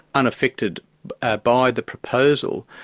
unaffected ah by the proposal'.